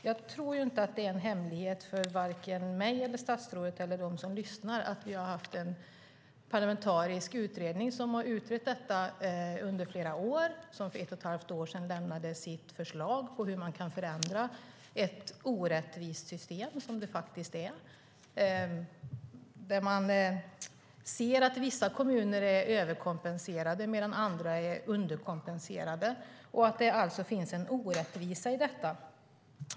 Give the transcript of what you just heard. Jag tror inte att det är en hemlighet vare sig för mig, för statsrådet eller för dem som lyssnar att en parlamentarisk utredning har utrett detta under flera år. För ett och ett halvt år sedan lämnade den sitt förslag på hur man kan förändra ett orättvist system, vilket det faktiskt är, där man ser att vissa kommuner är överkompenserade medan andra är underkompenserade och att det alltså finns en orättvisa i detta.